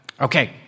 Okay